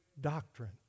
doctrine